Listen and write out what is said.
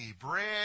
bread